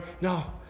No